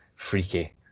Freaky